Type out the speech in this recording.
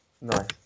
Nice